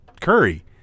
Curry